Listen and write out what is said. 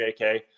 JK